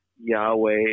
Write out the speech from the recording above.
Yahweh